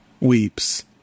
weeps